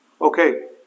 okay